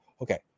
Okay